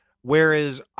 whereas